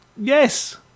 Yes